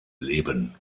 leben